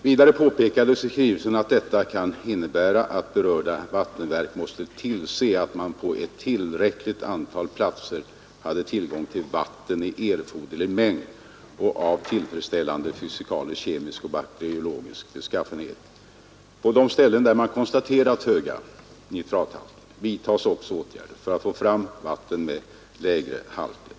Vidare påpekades i skrivelsen att detta kan innebära att berörda vattenverk måste tillse att man på ett tillräckligt antal platser hade tillgång till vatten i erforderlig mängd och av tillfredsställande fysikalisk, kemisk och bakteriologisk beskaffenhet. På de ställen där man konstaterat höga nitrathalter vidtas också åtgärder för att få fram vatten med lägre halter.